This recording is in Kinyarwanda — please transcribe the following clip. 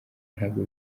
ntabwo